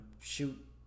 shoot